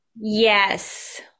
Yes